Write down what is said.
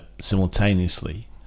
simultaneously